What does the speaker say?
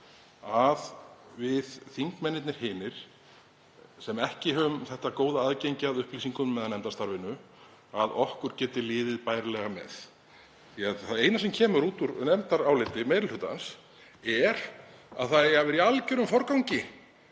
að okkur þingmönnunum hinum sem ekki höfum þetta góða aðgengi að upplýsingum eða nefndarstarfinu geti liðið bærilega með það. Það eina sem kemur út úr nefndaráliti meiri hlutans er að það eigi að vera í algjörum forgangi